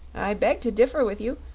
i beg to differ with you.